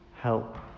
help